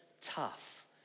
tough